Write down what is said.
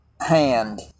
hand